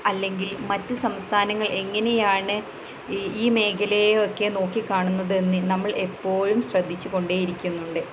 അല്ലെങ്കിൽ മറ്റു സംസ്ഥാനങ്ങൾ എങ്ങനെയാണ് ഈ ഈ മേഖലയൊക്കെ നോക്കിക്കാണുന്നതെന്ന് നമ്മൾ എപ്പോഴും ശ്രദ്ധിച്ചുകൊണ്ടേ ഇരിക്കുന്നുണ്ട്